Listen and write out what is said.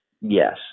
Yes